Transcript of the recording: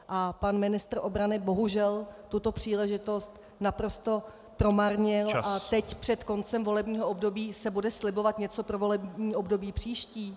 A pan ministr obrany bohužel tuto příležitost naprosto promarnil a teď před koncem volebního období se bude slibovat něco pro volební období příští.